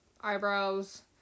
eyebrows